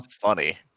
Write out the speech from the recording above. funny